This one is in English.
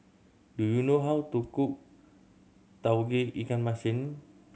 do you know how to cook Tauge Ikan Masin